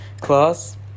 class